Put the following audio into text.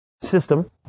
system